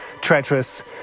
treacherous